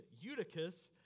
Eutychus